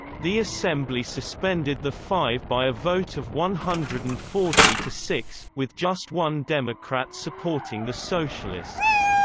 the assembly suspended the five by a vote of one hundred and forty to six, with just one democrat supporting the socialists.